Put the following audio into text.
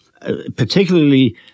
particularly